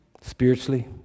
Spiritually